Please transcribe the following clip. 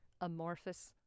amorphous